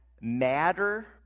matter